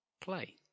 play